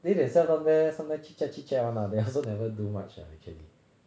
they themselves down there sometimes chit chat chit chat [one] lah they also never do much lah actually